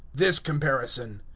this comparison.